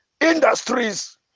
industries